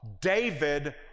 David